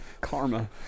karma